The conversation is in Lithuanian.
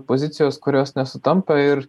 pozicijos kurios nesutampa ir